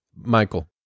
Michael